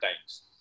times